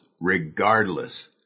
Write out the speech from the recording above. regardless